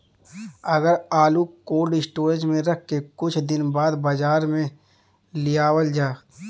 अगर आलू cold storage में रख के कुछ दिन बाद बाजार में लियावल जा?